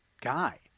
guy